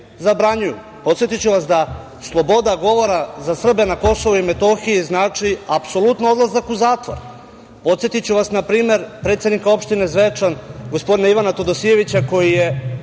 podsetiću vas da sloboda govora za Srbe na KiM znači apsolutno odlazak u zatvor. Podsetiću vas na primer predsednika opštine Zvečan, gospodina Ivana Todosijevića koji je